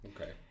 Okay